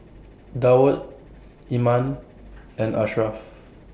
Daud Iman and Ashraf